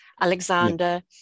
Alexander